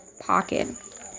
pocket